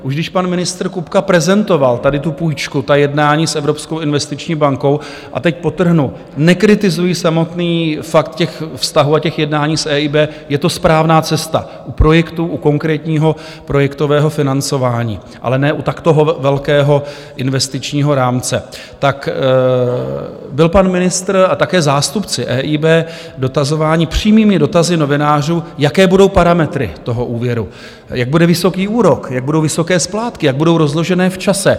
Už když pan ministr Kupka prezentoval tady tu půjčku, ta jednání s Evropskou investiční bankou a teď podtrhnu, nekritizuji samotný fakt vztahů a jednání s EIB, je to správná cesta u projektů, u konkrétního projektového financování, ale ne u takto velkého investičního rámcem tak byl pan ministr a také zástupci EIB dotazováni přímými dotazy novinářů, jaké budou parametry toho úvěru, jak bude vysoký úrok, jak budou vysoké splátky, jak budou rozložené v čase.